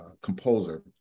composer